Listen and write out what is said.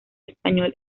español